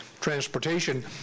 transportation